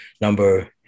number